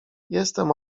jestem